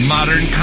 Modern